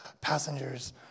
passengers